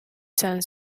izan